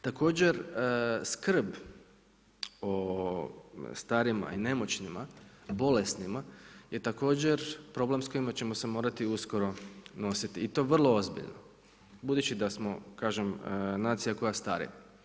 Također skrb o starima i nemoćnima, bolesnima je također problem s kojim ćemo se morati uskoro nositi i to vrlo ozbiljno budući da smo kažem nacija koja stari.